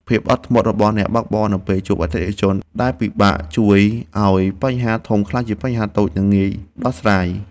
ភាពអត់ធ្មត់របស់អ្នកបើកបរនៅពេលជួបអតិថិជនដែលពិបាកជួយឱ្យបញ្ហាធំក្លាយជាបញ្ហាតូច និងងាយដោះស្រាយ។